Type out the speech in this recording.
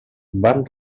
van